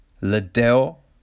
Liddell